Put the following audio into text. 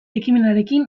ekimenarekin